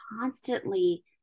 constantly